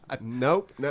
Nope